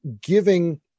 giving